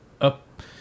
up